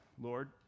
Lord